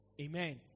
Amen